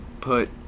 put